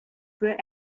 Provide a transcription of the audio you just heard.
für